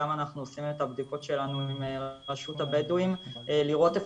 גם אנחנו עושים את הבדיקות שלנו עם רשות הבדואים לראות אם